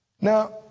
Now